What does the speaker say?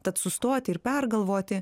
tad sustoti ir pergalvoti